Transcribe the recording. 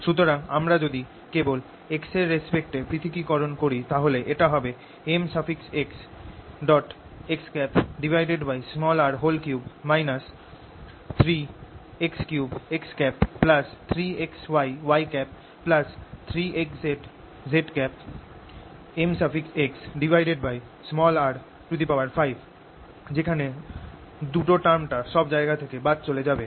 সুতরাং আমরা যদি কেবল x এর রেস্পেক্টএ পৃথকীকরণ করি তাহলে এটা হবে mxxr3 3x3x3xyy3xzzmxr5 যেখানে 2 টার্ম টা সব জায়গা থেকে বাদ চলে যাবে